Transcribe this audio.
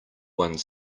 one